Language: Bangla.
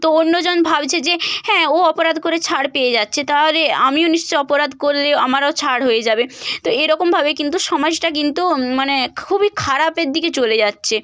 তো অন্যজন ভাবছে যে হ্যাঁ ও অপরাধ করে ছাড় পেয়ে যাচ্ছে তাহলে আমিও নিশ্চয়ই অপরাধ করলেও আমারও ছাড় হয়ে যাবে তো এরকমভাবেই কিন্তু সমাজটা কিন্তু মানে খুবই খারাপের দিকে চলে যাচ্ছে